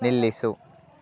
ನಿಲ್ಲಿಸು